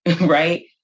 Right